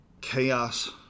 chaos